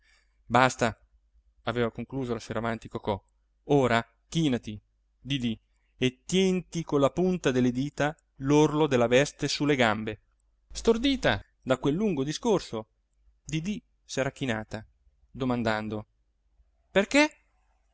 basta aveva concluso la sera avanti cocò ora chinati didì e tienti con la punta delle dita l'orlo della veste su le gambe stordita da quel lungo discorso didì s'era chinata domandando perché